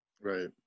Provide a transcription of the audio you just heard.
Right